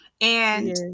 and-